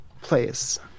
place